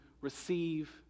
receive